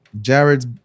Jared's